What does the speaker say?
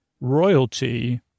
royalty